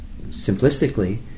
simplistically